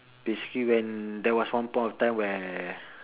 basically when there was one point of time where